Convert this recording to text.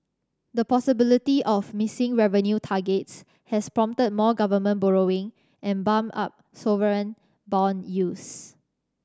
the possibility of missing revenue targets has prompted more government borrowing and bumped up sovereign bond yields